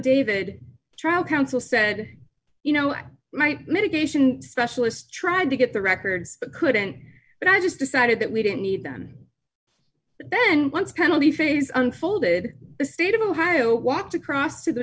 affidavit trial counsel said you know i might medication specialists tried to get the records but couldn't but i just decided that we didn't need them then once penalty phase unfolded the state of ohio walked across to the